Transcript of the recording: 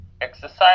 exercise